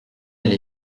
elle